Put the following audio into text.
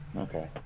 okay